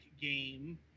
game